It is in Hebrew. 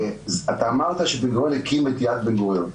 אתה אמרת שבן-גוריון הקים את יד בן-גוריון,